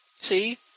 See